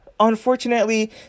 unfortunately